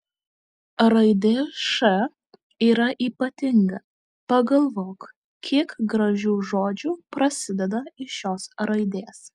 raidė š yra ypatinga pagalvok kiek gražių žodžių prasideda iš šios raidės